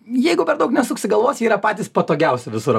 jeigu per daug nesuksi galvos jie yra patys patogiausi visur